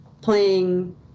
playing